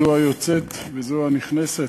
זו היוצאת וזו הנכנסת,